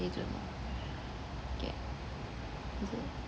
ya is it